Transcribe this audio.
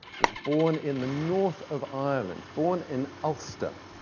was born in the north of ireland, born in ulster.